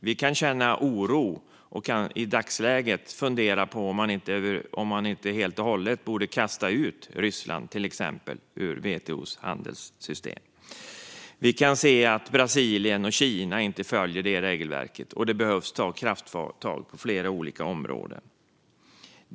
Vi kan känna oro och i dagsläget fundera på om man inte borde kasta ut till exempel Ryssland ur WTO:s handelssystem helt och hållet. Vi kan se att Brasilien och Kina inte följer regelverket och att det behöver tas krafttag på flera olika områden.